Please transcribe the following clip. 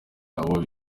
abo